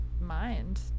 mind